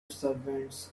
servants